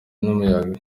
n’umuyaga